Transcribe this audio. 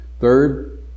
Third